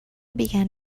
began